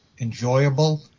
enjoyable